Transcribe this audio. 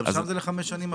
גם שם זה לחמש שנים?